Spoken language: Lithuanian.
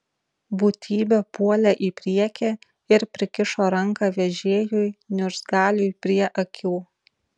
būtybė puolė į priekį ir prikišo ranką vežėjui niurzgaliui prie akių